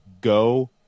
go